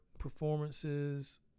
performances